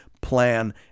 plan